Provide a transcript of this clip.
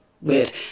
weird